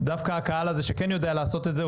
דווקא הקהל הזה שכן יודע לעשות את זה,